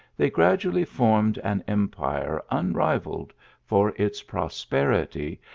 they gradually formed an empire unrivalled for its piosperity,